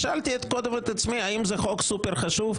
שאלתי את עצמי האם זה חוק סופר חשוב,